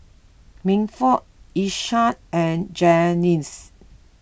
Milford Isaiah and Janyce